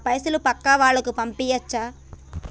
నా పైసలు పక్కా వాళ్ళకు పంపియాచ్చా?